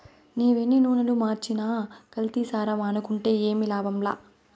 నీవెన్ని నూనలు మార్చినా కల్తీసారా మానుకుంటే ఏమి లాభంలా